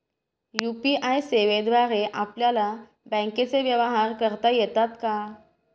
UPI सेवेद्वारे आपल्याला बँकचे व्यवहार करता येतात का?